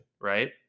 right